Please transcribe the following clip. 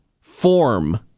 form